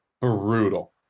brutal